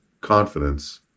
confidence